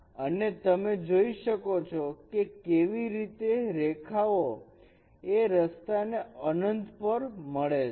અને તમે જોઈ શકો છો કે કેવી રીતે રેખાઓ એ રસ્તાને અનંત પણ મળે છે